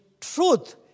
truth